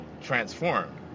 transform